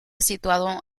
situado